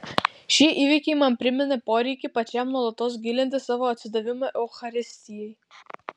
šie įvykiai man primena poreikį pačiam nuolatos gilinti savo atsidavimą eucharistijai